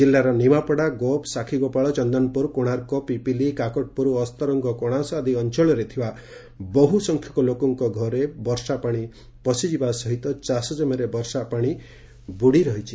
ଜିଲ୍ଲାର ନିମାପଡା ଗୋପ ସାକ୍ଷୀଗୋପାଳ ଚନ୍ଦନପୁର କୋଶାର୍କ ପିପିଲି କାକଟପୁର ଓ ଅସ୍ତରଙ୍ଗ ଓ କଣାସ ଆଦି ଅଞ୍ଞଳରେ ଥିବା ବହୁ ସଂଖ୍ୟକ ଲୋକଙ୍କ ଘରେ ବର୍ଷା ପାଶି ପଶିଯିବା ସହିତ ଚାଷ ଜମିରେ ବର୍ଷାପାଶିରେ ବୁଡ଼ି ରହିଛି